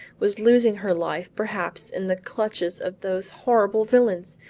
was losing her life perhaps in the clutches of those horrible villains!